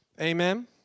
Amen